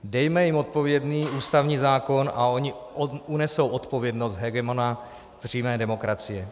Dejme jim odpovědný ústavní zákon a oni unesou odpovědnost hegemona přímé demokracie.